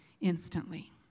instantly